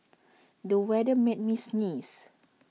the weather made me sneeze